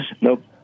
Nope